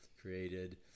created